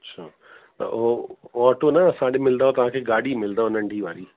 अच्छा त उहो ऑटो न असां डिए मिलंदव तव्हांखे गाॾी मिलंदव नंढी वारी